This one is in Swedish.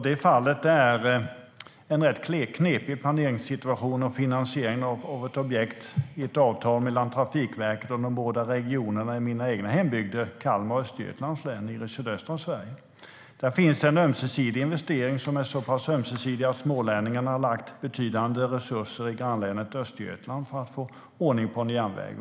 Det handlar om en knepig planeringssituation och finansiering av ett objekt i ett avtal mellan Trafikverket och de båda regionerna i min hembygd, Kalmar län och Östergötlands län i sydöstra Sverige. Där finns en ömsesidig investering som är så pass ömsesidig att smålänningarna har lagt betydande resurser i grannlänet Östergötland för att få ordning på en järnväg.